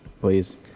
please